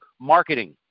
marketing